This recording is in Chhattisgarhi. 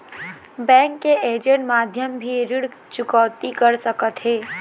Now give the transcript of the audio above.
बैंक के ऐजेंट माध्यम भी ऋण चुकौती कर सकथों?